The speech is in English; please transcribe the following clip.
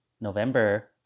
November